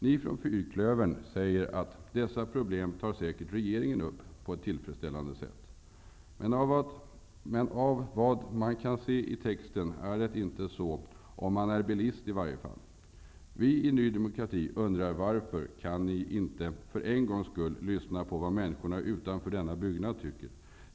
Ni från fyrklövern säger att regeringen säkert kommer att ta upp dessa problem till behandling på ett tillfredsställande sätt. Men av texten framgår det att det inte är så -- i varje fall inte om man är bilist. Vi i Ny demokrati frågar varför ni inte för en gångs skull kan lyssna på vad människorna utanför denna byggnad tycker?